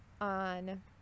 on